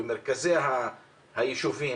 במרכזי היישובים